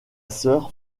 sœur